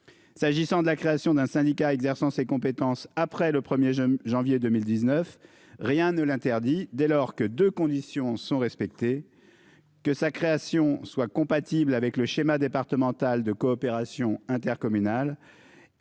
S'agissant de la création d'un syndicat exerçant ses compétences après le 1er janvier 2019. Rien ne l'interdit. Dès lors que 2 conditions sont respectées. Que sa création soit compatible avec le schéma départemental de coopération intercommunale.